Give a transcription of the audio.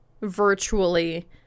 virtually